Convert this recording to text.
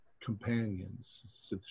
companions